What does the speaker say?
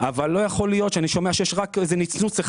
אבל לא יכול להיות שאני שומע שבכל העולם יש רק נצנוץ אחד